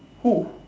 who